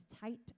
tight